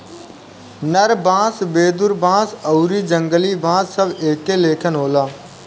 नर बांस, वेदुर बांस आउरी जंगली बांस सब एके लेखन होला